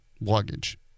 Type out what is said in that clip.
luggage